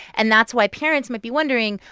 and that's why parents might be wondering,